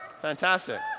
Fantastic